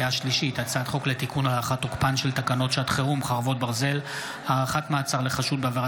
הצעת חוק להטמעת מורשת יהדות ספרד והמזרח במערכת החינוך וההשכלה הגבוהה,